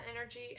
energy